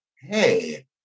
Hey